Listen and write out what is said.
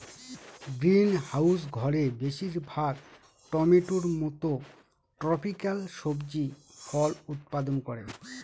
greenhouse ঘরে বেশির ভাগ টমেটোর মত ট্রপিকাল সবজি ফল উৎপাদন করে